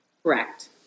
Correct